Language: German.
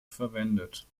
verwendet